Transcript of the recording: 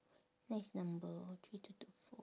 nice number three two two four